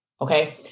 okay